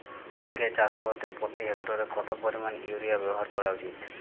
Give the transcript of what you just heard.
ঝিঙে চাষ করতে প্রতি হেক্টরে কত পরিমান ইউরিয়া ব্যবহার করা উচিৎ?